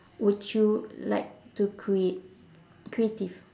would you like to create creative